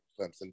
Clemson